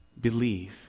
believe